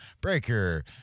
Breaker